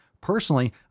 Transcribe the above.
Personally